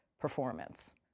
performance